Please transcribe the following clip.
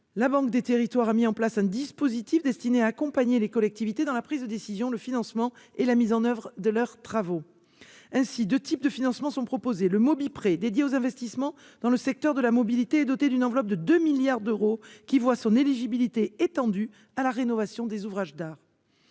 la Banque des territoires a mis en place un dispositif destiné à accompagner les collectivités dans la prise de décision, le financement et la réalisation de leurs travaux. Ainsi, deux types de financements sont proposés : d'une part, le Mobi Prêt, destiné aux investissements dans le secteur de la mobilité et doté d'une enveloppe de 2 milliards d'euros, voit ses conditions d'éligibilité étendues à la rénovation des ouvrages d'art